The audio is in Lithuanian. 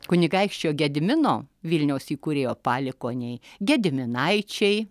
kunigaikščio gedimino vilniaus įkūrėjo palikuoniai gediminaičiai